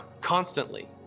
constantly